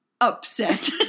upset